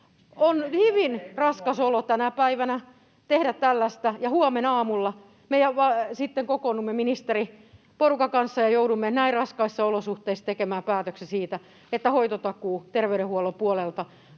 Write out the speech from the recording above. On hyvin raskas olo tänä päivänä tehdä tällaista, ja huomenaamulla me sitten kokoonnumme ministeriporukan kanssa ja joudumme näin raskaissa olosuhteissa tekemään päätöksen siitä, että hoitotakuu terveydenhuollon puolelta